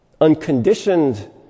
unconditioned